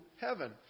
heaven